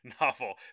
novel